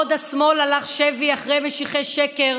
בעוד השמאל הלך שבי אחרי משיחי שקר